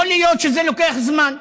יכול להיות שזה לוקח זמן,